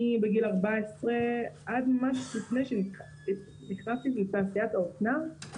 בגיל 14, עד ממש לפני שנכנסתי לתעשיית האופנה,